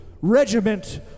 regiment